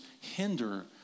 hinder